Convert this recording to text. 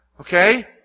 Okay